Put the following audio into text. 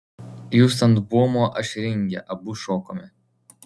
jūs ant buomo aš ringe abu šokome